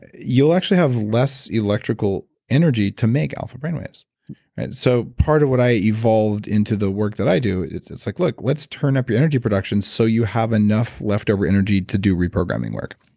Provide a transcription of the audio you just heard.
you'll actually have less electrical energy to make alpha brainwaves so part of what i evolved into the work that i do it's it's like look, let's turn up your energy production so you have enough leftover energy to do reprogramming work.